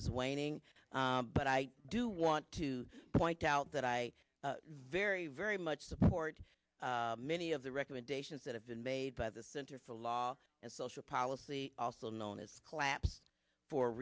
is waning but i do want to point out that i very very much support many of the recommendations that have been made by the center for law and social policy also known as collapsed for